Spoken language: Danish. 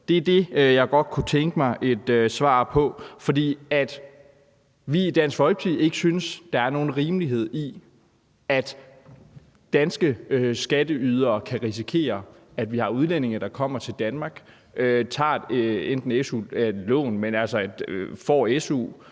Det er det, jeg godt kunne tænke mig et svar på. For vi synes i Dansk Folkeparti ikke, at der er nogen rimelighed i, at danske skatteydere kan risikere, at vi har udlændinge, der kommer til Danmark, får su og tager et lån og